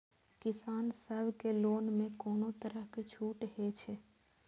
किसान सब के लोन में कोनो तरह के छूट हे छे?